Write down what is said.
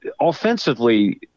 offensively